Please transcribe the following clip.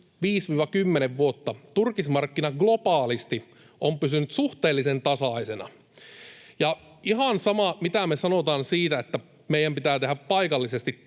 vuotta turkismarkkina globaalisti on pysynyt suhteellisen tasaisena. Ja on ihan sama, mitä me sanotaan siitä, että meidän pitää tehdä paikallisesti